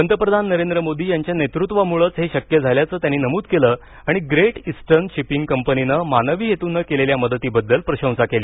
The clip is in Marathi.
पंतप्रधान नरेंद्र मोदी यांच्या नेतृत्वामुळंच हे शक्य झाल्याचं त्यांनी नमूद केलं आणि ग्रेट इस्टर्न शिपिंग कंपनीनं मानवी हेतूनं केलेल्या मदतीबद्दल प्रशंसा केली